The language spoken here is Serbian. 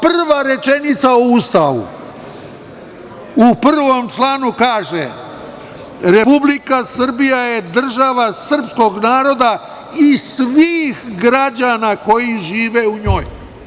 Prva rečenica u Ustavu, u prvom članu kaže - Republika Srbija je država srpskog naroda i svih građana koji žive u njoj.